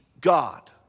God